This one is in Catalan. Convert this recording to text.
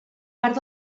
part